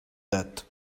that